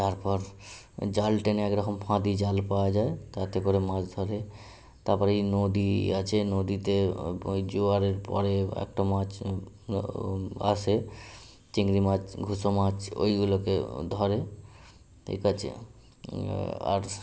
তারপর জাল টেনে একরকম ফাঁদি জাল পাওয়া যায় তাতে করে মাছ ধরে তারপরে এই নদী আছে নদীতে ওই জোয়ারের পরেও একটা মাছ ও আসে চিংড়ি মাছ ভুসো মাছ ওইগুলোকেও ধরে ঠিক আছে আর